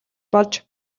болж